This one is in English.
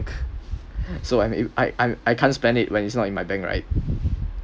so I'm I I I can't spend it when it's not in my bank right